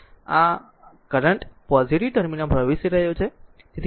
અને આ છે r આ છે આ કરંટ પોઝીટીવ ટર્મિનલમાં પ્રવેશી રહ્યો છે